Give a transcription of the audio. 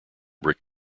brick